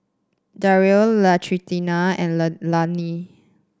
Darrell Latrina and Leilani